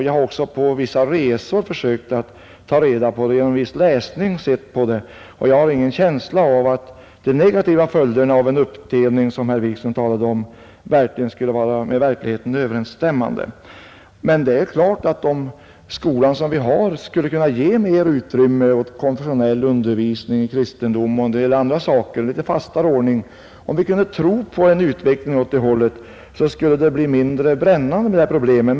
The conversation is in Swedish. Jag har också på vissa resor försökt ta reda på detta och genom viss läsning sett på det, och jag har ingen känsla av att de negativa följderna av en uppdelning, som herr Wikström talade om, skulle vara med verkligheten överensstämmande. Det är klart att om den skola som vi har skulle kunna ge mer utrymme åt konfessionell undervisning i kristendom och en del andra saker, om det kunde bli en litet fastare ordning — om vi kunde tro på en utveckling åt det hållet — så skulle de här problemen bli mindre brännande.